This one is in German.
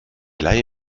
leihe